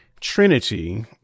Trinity